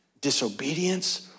disobedience